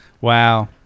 Wow